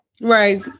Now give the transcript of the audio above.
Right